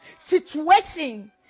situation